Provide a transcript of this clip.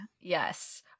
Yes